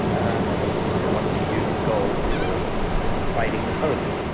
and they they wanted to use the gold for fighting napoleon.